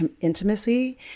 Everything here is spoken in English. intimacy